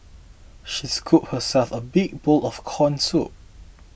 she scooped herself a big bowl of Corn Soup